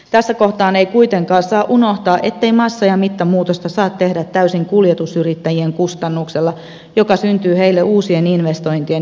tässä kohtaa ei kuitenkaan saa unohtaa ettei massa ja mittamuutosta saa tehdä täysin kuljetusyrittäjien kustannuksella joka syntyy heille uusien investointien johdosta